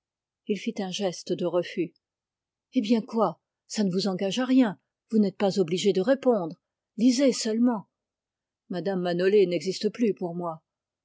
il fit un geste de refus eh bien quoi ça ne vous engage à rien vous n'êtes pas obligé de répondre lisez seulement mme manolé n'existe plus pour moi